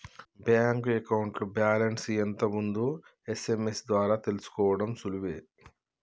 bank అకౌంట్లో balance ఎంత ఉందో ఎస్.ఎం.ఎస్ ద్వారా తెలుసుకోడం సులువే